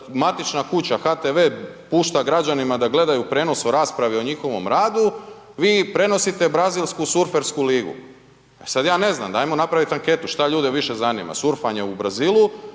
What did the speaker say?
matična kuća HTV-e pušta građanima da gledaju prijenos rasprave o njihovom radu, vi prenosite brazilsku surfersku ligu. Sada ja ne znam, hajmo napraviti anketu što ljude više zanima surfanje u Brazilu